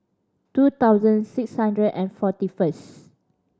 two thousand six hundred and forty first